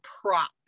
prop